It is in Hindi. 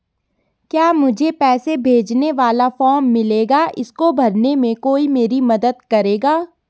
क्या मुझे पैसे भेजने वाला फॉर्म मिलेगा इसको भरने में कोई मेरी मदद करेगा?